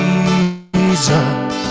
Jesus